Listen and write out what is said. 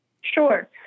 Sure